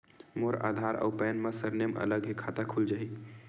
मोर आधार आऊ पैन मा सरनेम अलग हे खाता खुल जहीं?